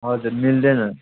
हजुर मिल्दैन